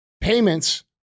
payments